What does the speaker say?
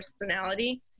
personality